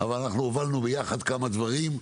אבל אנחנו הובלנו יחד כמה דברים.